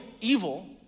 evil